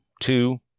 two